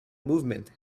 movement